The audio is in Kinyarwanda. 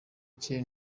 cye